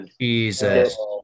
Jesus